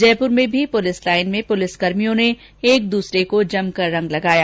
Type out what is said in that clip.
जयपुर में भी police line में पुलिसकर्मियों ने एक दूसरे को जमकर रंग लगाया